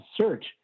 search